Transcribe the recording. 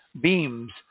beams